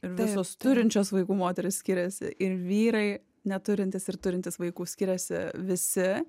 ir visos turinčios vaikų moterys skiriasi ir vyrai neturintys ir turintys vaikų skiriasi visi